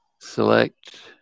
Select